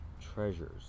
Treasures